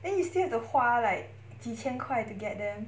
then you still have to 花 like 几千块 to get them